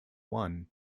one